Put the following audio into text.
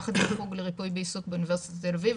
יחד עם חוג לריפוי ועיסוק באוניברסיטת תל אביב,